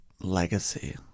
legacy